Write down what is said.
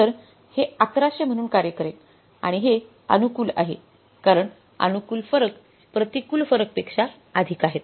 तर हे 1100 म्हणून कार्य करेल आणि हे अनुकूल आहे कारण अनुकूल फरक प्रतिकूल फरकपेक्षा अधिक आहेत